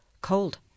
cold